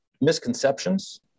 misconceptions